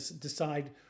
decide